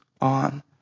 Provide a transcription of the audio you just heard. on